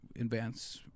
advance